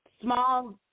small